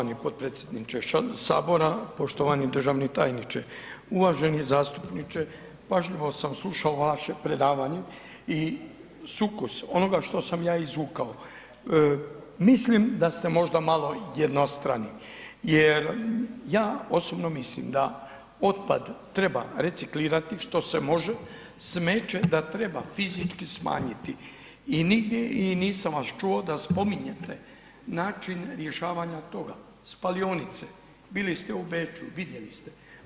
Poštovani potpredsjedniče sabora i poštovani državni tajniče, uvaženi zastupniče pažljivo sam slušao vaše predavanje i sukus onoga što sam ja izvukao, mislim da ste možda malo jednostrani jer ja osobno mislim da otpad treba reciklirati što se može, smeće da treba fizički smanjiti i nigdje i nisam vas čuo da spominjete način rješavanja toga, spalionice, bili ste u Beču, vidjeli ste.